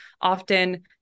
often